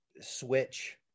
switch